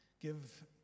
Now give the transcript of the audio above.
Give